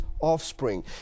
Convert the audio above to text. offspring